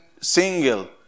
single